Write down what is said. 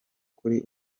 kuri